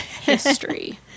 history